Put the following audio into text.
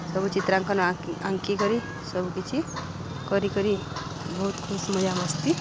ସବୁ ଚିତ୍ରାଙ୍କନ ଆଙ୍କିିକରି ସବୁକିଛି କରିିକରି ବହୁତ୍ ଖୁସି ମଜା ମସ୍ତି